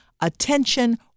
attention